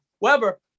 Weber